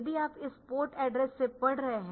यदि आप इस पोर्ट एड्रेस से पढ़ रहे है